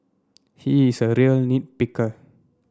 he is a real nit picker